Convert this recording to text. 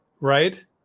right